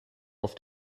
auf